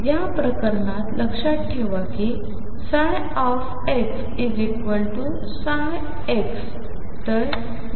या प्रकरणात लक्षात ठेवा कि xψ